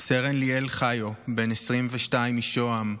סרן ליאל חיו, בן 22 משוהם,